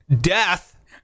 death